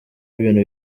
ibintu